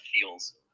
feels